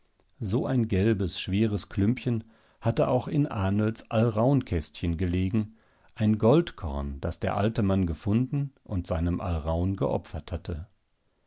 so ein gelbes schweres klümpchen hatte auch in ahnls alraunkästchen gelegen ein goldkorn das der alte mann gefunden und seinem alraun geopfert hatte